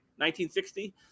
1960